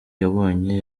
yabonye